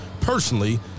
personally